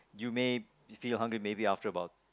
you may feel hungry maybe after about